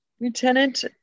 Lieutenant